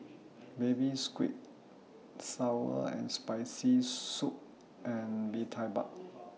Baby Squid Sour and Spicy Soup and Bee Tai Mak